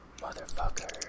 Motherfucker